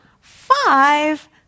five